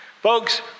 folks